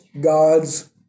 God's